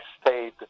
stayed